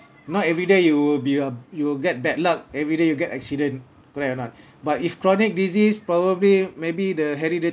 not everyday you will be um you will get bad luck every day you get accident correct or not but if chronic disease probably maybe the hereditary